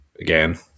Again